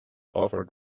offered